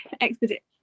Expedition